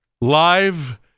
live